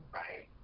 right